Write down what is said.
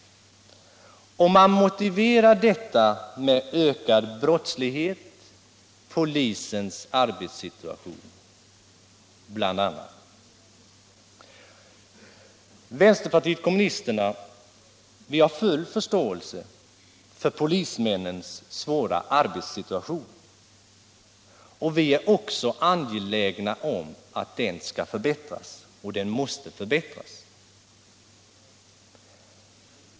Man motiverar detta med bl.a. ökad brottslighet och polisens arbetssituation. Vi inom vänsterpartiet kommunisterna har full förståelse för polismännens svåra arbetssituation. Vi är också angelägna om att den skall förbättras, och den måste förbättras.